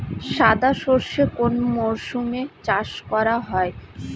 সাদা সর্ষে কোন মরশুমে চাষ করা হয়?